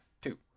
two